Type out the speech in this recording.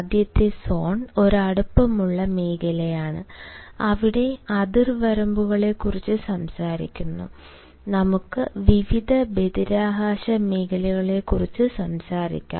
ആദ്യത്തെ സോൺ ഒരു അടുപ്പമുള്ള മേഖലയാണ് അവിടെ അതിർവരമ്പുകളെക്കുറിച്ച് സംസാരിക്കുന്നു നമുക്ക് വിവിധ ബഹിരാകാശ മേഖലകളെക്കുറിച്ച് സംസാരിക്കാം